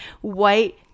white